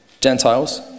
Gentiles